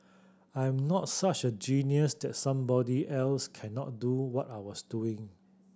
I'm not such a genius that somebody else cannot do what I was doing